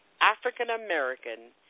African-American